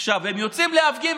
עכשיו הם יוצאים להפגין